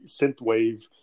synthwave